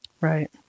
Right